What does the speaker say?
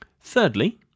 Thirdly